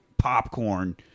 popcorn